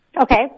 okay